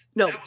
no